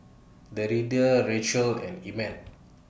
Deirdre Raquel and Emmet